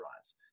rise